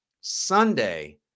Sunday